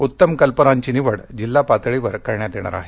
उत्तम कल्पनांची निवड जिल्हा पातळीवर करण्यात येणार आहे